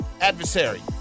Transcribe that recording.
adversary